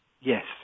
Yes